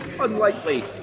unlikely